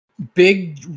Big